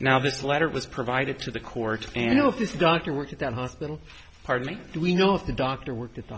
now this letter was provided to the court and if this doctor worked at that hospital pardon me do we know if the doctor worked at the